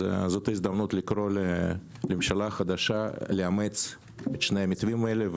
זו ההזדמנות לקרוא לממשלה החדשה לאמץ את שני הנתונים האלה,